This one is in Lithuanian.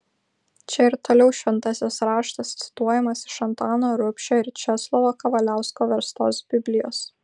čia ir toliau šventasis raštas cituojamas iš antano rubšio ir česlovo kavaliausko verstos biblijos